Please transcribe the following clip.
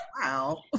wow